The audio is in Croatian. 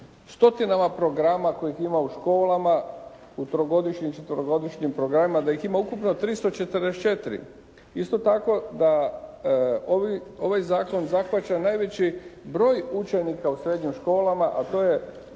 stotinama programa kojih ima u školama, u trogodišnjim, četverogodišnjim programima da ih ima ukupno 344. Isto tako da ovaj zakon zahvaća najveći broj učenika u srednjim školama, a to je